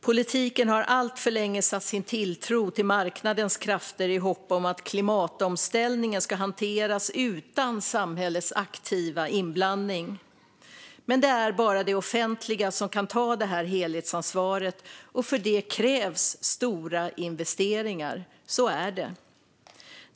Politiken har alltför länge satt sin tilltro till marknadens krafter i hopp om att klimatomställningen ska hanteras utan samhällets aktiva inblandning. Men det är bara det offentliga som kan ta helhetsansvaret, och för det krävs stora investeringar. Så är det.